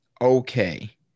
okay